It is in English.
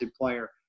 player